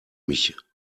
mich